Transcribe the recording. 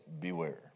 beware